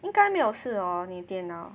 应该没有事 hor 你电脑